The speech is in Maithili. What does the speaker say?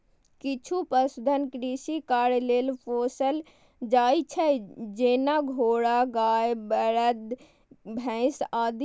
किछु पशुधन कृषि कार्य लेल पोसल जाइ छै, जेना घोड़ा, गाय, बरद, भैंस आदि